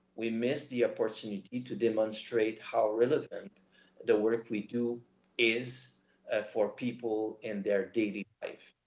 we miss the opportunity to demonstrate how relevant the work we do is for people in their daily life.